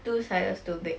two sizes too big